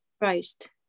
Christ